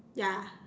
ya